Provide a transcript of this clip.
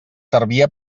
servia